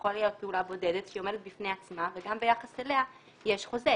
שיכול להיות פעולה בודדת שעומדת בפני עצמה וגם ביחס אליה יש חוזה.